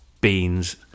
beans